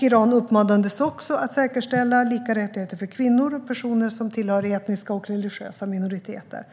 Iran uppmanades också att säkerställa lika rättigheter för kvinnor och personer som tillhör etniska och religiösa minoriteter.